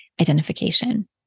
identification